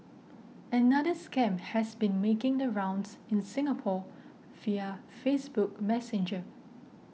another scam has been making the rounds in Singapore via Facebook Messenger